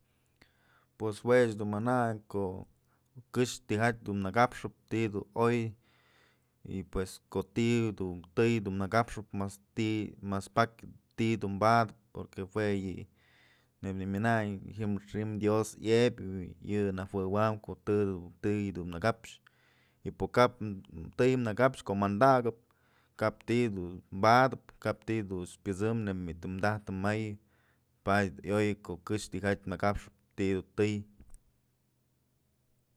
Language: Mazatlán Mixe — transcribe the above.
Pues juech dun manayn ko'o këxë tyjatyë dun nakapxëp ti'i dun oy y pues ko'o ti'i du tëy dun nakapxëp mas ti'i mas pakya ti'i dum padëp porque jue yë neyb nak myananyën xi'im dios yëb yë najuëjam ko'o të dun tëy dun nakapxë y po kap tëy nëkapxyë ko'o mëndakëp kapty dun badëp kap ti'i dun pyësëmëp neyb bi'i tëm taj të mayën y padyë dunyoyë ko'o këxë tijatyë nëkapxëp ti'i dun tëy.